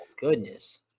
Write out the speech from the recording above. goodness